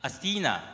Athena